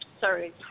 Sorry